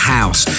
House